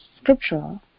scriptural